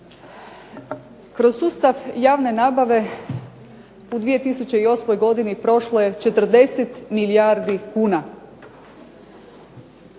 Kroz sustav javne nabave u 2008. godini prošlo je 40 milijardi kuna.